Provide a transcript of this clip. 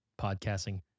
podcasting